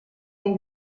den